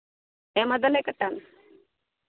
ᱦᱮᱸᱢᱟ ᱛᱟᱦᱞᱮ ᱠᱟᱴᱟᱣ ᱢᱮ